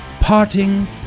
Parting